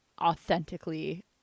authentically